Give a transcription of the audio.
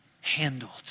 handled